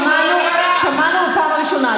שמענו בפעם הראשונה.